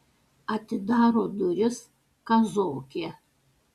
atidaro duris kazokė